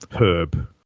herb